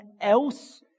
else